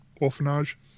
orphanage